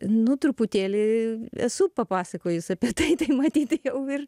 nu truputėlį esu papasakojus apie tai tai matyt jau ir